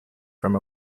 from